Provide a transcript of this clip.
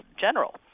general